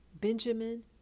Benjamin